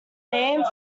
named